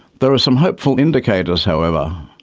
there are some hopeful indicators, however.